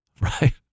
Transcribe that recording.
Right